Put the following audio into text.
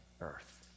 Earth